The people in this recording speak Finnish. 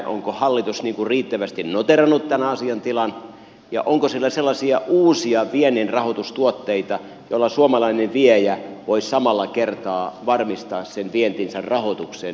onko hallitus riittävästi noteerannut tämän asiantilan ja onko sillä sellaisia uusia vienninrahoitustuotteita joilla suomalainen viejä voisi samalla kertaa varmistaa sen vientinsä rahoituksen venäläiselle ostajalle